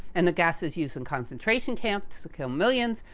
and the gases used in concentration camps to kill millions,